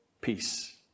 peace